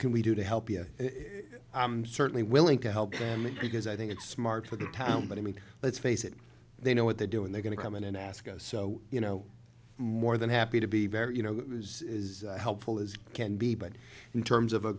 can we do to help i'm certainly willing to help them because i think it's smart for the town but i mean let's face it they know what they're doing they're going to come in and ask us so you know more than happy to be very you know is helpful as can be but in terms of a